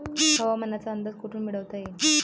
हवामानाचा अंदाज कोठून मिळवता येईन?